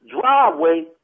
driveway